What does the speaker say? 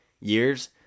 years